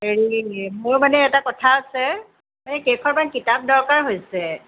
হেৰি মোৰ মানে এটা কথা আছে এই কেইখনমান কিতাপ দৰকাৰ হৈছে